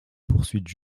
poursuites